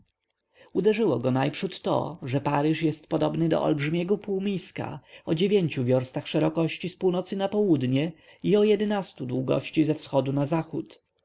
uderzyło go najprzód to że paryż jest podobny do olbrzymiego półmiska o dziewięciu wiorstach szerokości z północy na południe i o jedynastu długości ze wschodu na zachód